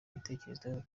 igitekerezo